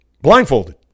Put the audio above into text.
blindfolded